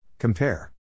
Compare